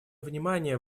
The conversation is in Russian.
внимание